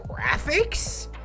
graphics